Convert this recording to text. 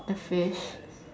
the fish